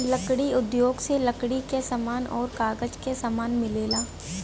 लकड़ी उद्योग से लकड़ी क समान आउर कागज क समान मिलेला